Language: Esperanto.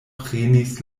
prenis